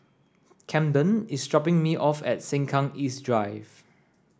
Camden is dropping me off at Sengkang East Drive